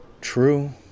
True